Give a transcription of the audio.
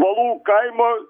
iš valų kaimo